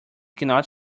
cannot